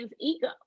ego